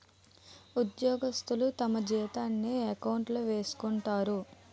ఉద్యోగస్తులు తమ జీతాన్ని ఎకౌంట్లో వేయించుకుంటారు